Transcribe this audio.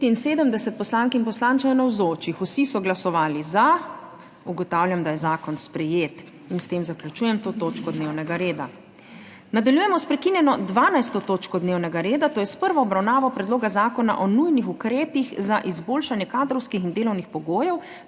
75 poslank in poslancev, vsi so glasovali za. (Za je glasovalo 75.) (Proti nihče.) Ugotavljam, da je zakon sprejet. S tem zaključujem to točko dnevnega reda. Nadaljujemo s prekinjeno 12. točko dnevnega reda, to je s prvo obravnavo Predloga zakona o nujnih ukrepih za izboljšanje kadrovskih in delovnih pogojev